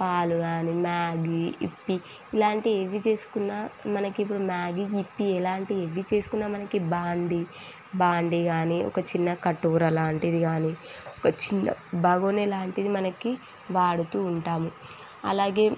పాలు కానీ Maggi Yippee ఇలాంటి ఇవి చేసుకున్నా మనకి ఇప్పుడు మ్యాగీ యిప్పీ ఇలాంటివి ఏవి చేసుకున్నా మనకి బాండీ బాండీ కానీ ఒక చిన్న కటోరా లాంటిది కానీ ఒక చిన్న బగోనీ లాంటిది మనకి వాడుతూ ఉంటాము అలాగే